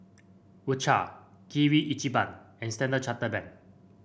U Cha Kirin Ichiban and Standard Chartered Bank